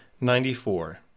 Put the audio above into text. ninety-four